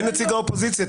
ונציג האופוזיציה.